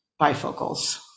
bifocals